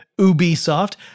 Ubisoft